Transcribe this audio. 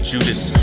Judas